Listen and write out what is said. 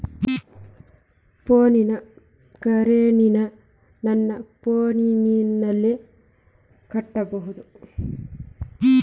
ಫೋನಿನ ಕರೆನ್ಸಿ ನನ್ನ ಫೋನಿನಲ್ಲೇ ಕಟ್ಟಬಹುದು?